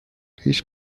هیچ